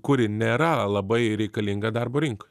kuri nėra labai reikalinga darbo rinkoj